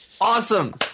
Awesome